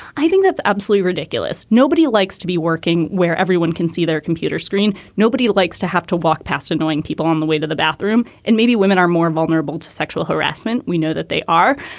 i think that's absolutely ridiculous. nobody likes to be working where everyone can see their computer screen. nobody likes to have to walk past annoying people on the way to the bathroom. and maybe women are more vulnerable to sexual harassment. we know that they are.